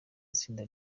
itsinda